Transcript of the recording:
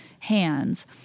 Hands